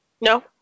No